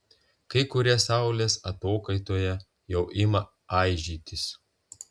kai kurie saulės atokaitoje jau ima aižytis